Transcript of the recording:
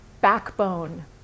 backbone